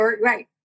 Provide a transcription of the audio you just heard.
Right